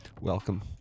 Welcome